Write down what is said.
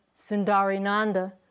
Sundarinanda